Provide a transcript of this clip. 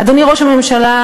אדוני, ראש הממשלה,